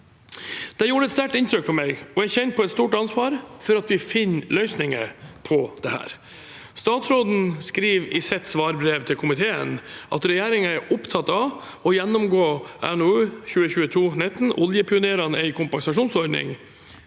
Det gjorde et sterkt inntrykk på meg, og jeg kjenner på et stort ansvar for at vi finner løsninger på det. Statsråden skriver i sitt svarbrev til komiteen at regjeringen er opptatt av å gjennomgå NOU 2022: 19 Oljepionerene – en kompensasjonsordning,